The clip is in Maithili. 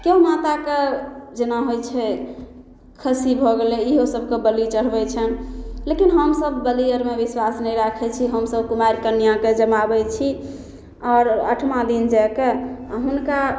केओ माताके जेना होइ छै खस्सी भऽ गेलय इहो सभके बलि चढ़बय छनि लेकिन हमसभ बलि आरमे विश्वास नहि राखय छी हमसभ कुमारि कन्याके जमाबय छी आओर आठमाँ दिन जाकऽ आओर हुनका